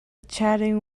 chatting